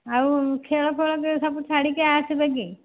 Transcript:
ଆଉ ଖେଳ ଫେଳକେ ସବୁ ଛାଡ଼ିକି ଆସେ ବେଗି